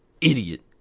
idiot